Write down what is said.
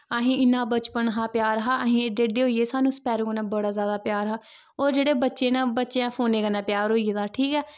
असीं इन्ना बचपन हा प्यार हा असीं एड्डे एड्डे होई गे सानूं स्पैरो कन्नै बड़ा जैदा प्यार हा होर जेह्ड़े बच्चे न बच्चे ऐं फोने कन्नै प्यार होई गेदा ठीक ऐ